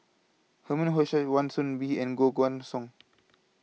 Herman Hochstadt Wan Soon Bee and Koh Guan Song